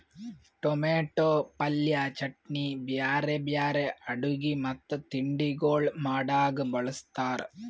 tomato ಪಲ್ಯ, ಚಟ್ನಿ, ಬ್ಯಾರೆ ಬ್ಯಾರೆ ಅಡುಗಿ ಮತ್ತ ತಿಂಡಿಗೊಳ್ ಮಾಡಾಗ್ ಬಳ್ಸತಾರ್